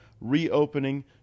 reopening